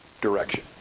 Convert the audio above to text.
direction